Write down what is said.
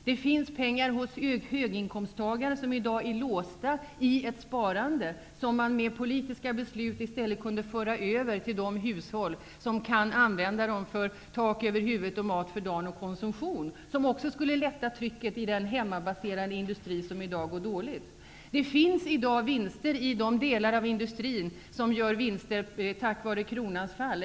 Det finns pengar hos höginkomsttagare som i dag är låsta i ett sparande och som i stället, med hjälp av politiska beslut, skulle kunna föras över till de hushåll som kan använda dem för tak över huvudet, mat för dagen och konsumtion. Det skulle också lätta på trycket i den hemmabaserade industri som det i dag går dåligt för. Det finns i dag vinster i de delar av exportindustrin som har vunnit på kronans fall.